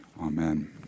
amen